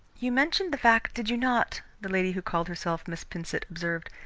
you mentioned the fact, did you not, the lady who called herself miss pinsent observed,